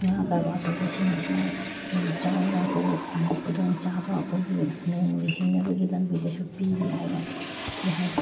ꯉꯥ ꯀꯔꯕꯥꯔ ꯇꯧꯕꯁꯤꯡ ꯑꯁꯤꯅ ꯌꯥꯝ ꯆꯥꯎꯅ ꯑꯩꯈꯣꯏꯗ ꯈꯨꯗꯣꯡꯆꯥꯕ ꯑꯩꯈꯣꯏꯒꯤ ꯅꯣꯡꯃꯒꯤ ꯍꯤꯡꯅꯕꯒꯤ ꯂꯝꯕꯤꯗꯁꯨ ꯄꯤꯔꯤ ꯍꯥꯏꯅ ꯁꯤ ꯍꯥꯏꯖ